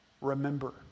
remember